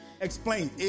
Explain